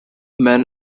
men